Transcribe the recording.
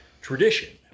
tradition